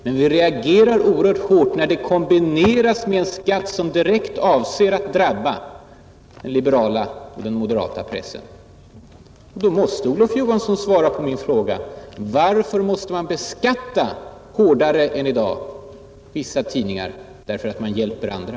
Men vi reagerar oerhört hårt när detta stöd kombineras med en skatt som direkt avser att drabba den liberala och moderata pressen. Därför måste Olof Johansson svara på min fråga: Varför måste man extra beskatta vissa tidningar därför att man hjälper andra?